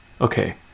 Okay